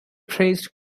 praised